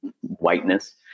whiteness